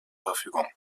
verfügung